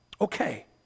Okay